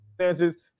circumstances